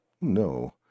No